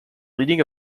leading